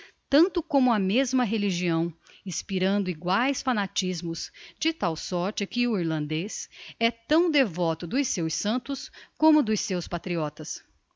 tanto como a mesma religião inspirando eguaes fanatismos de tal sorte que o irlandez é tão devoto dos seus santos como dos seus patriotas